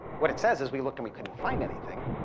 what it says is we looked and we couldn't find anything.